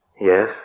Yes